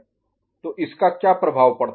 तो इसका क्या प्रभाव पड़ता है